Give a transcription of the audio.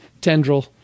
tendril